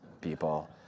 people